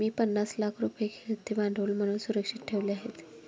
मी पन्नास लाख रुपये खेळते भांडवल म्हणून सुरक्षित ठेवले आहेत